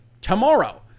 tomorrow